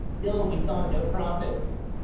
still we saw no profits.